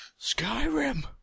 Skyrim